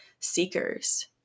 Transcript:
seekers